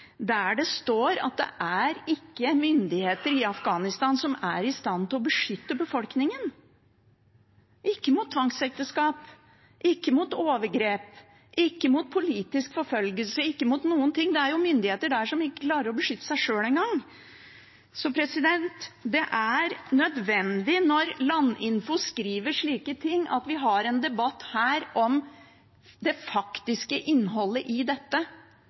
der det står at det ikke er myndigheter i Afghanistan som er i stand til å beskytte befolkningen – ikke mot tvangsekteskap, ikke mot overgrep, ikke mot politisk forfølgelse, ikke mot noen ting. Det er myndigheter der som ikke klarer å beskytte seg sjøl engang. Når Landinfo skriver slike ting, er det nødvendig at vi har en debatt her om det faktiske innholdet i dette.